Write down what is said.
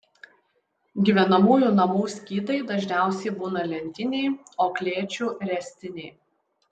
gyvenamųjų namų skydai dažniausiai būna lentiniai o klėčių ręstiniai